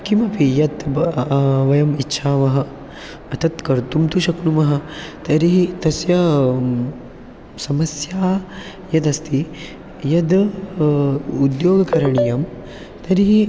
किमपि यत् व वयम् इच्छामः तत् कर्तुं तु शक्नुमः तर्हि तस्य समस्या यदस्ति यद् उद्योगः करणीयः तर्हि